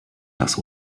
das